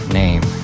name